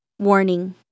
Warning